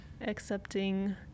accepting